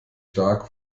stark